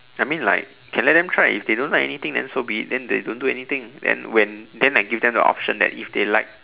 I mean like can let them try if they don't like anything then so be it then they don't do anything then when then I give them the option that if they like